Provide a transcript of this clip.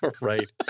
right